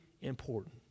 important